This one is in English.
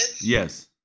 Yes